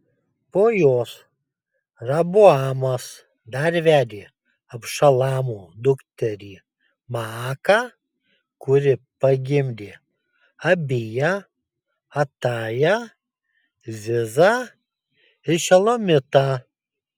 po jos roboamas dar vedė abšalomo dukterį maaką kuri pagimdė abiją atają zizą ir šelomitą